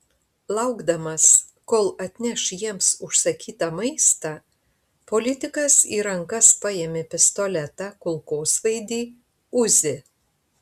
laukdamas kol atneš jiems užsakytą maistą politikas į rankas paėmė pistoletą kulkosvaidį uzi